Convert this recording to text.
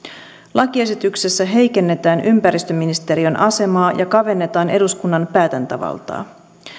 lakiesityksessä heikennetään ympäristöministeriön asemaa ja kavennetaan eduskunnan päätäntävaltaa